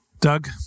Doug